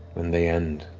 when they end,